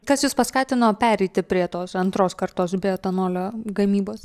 kas jus paskatino pereiti prie tos antros kartos bioetanolio gamybos